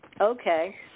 Okay